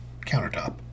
countertop